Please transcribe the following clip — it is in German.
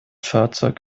fahrzeug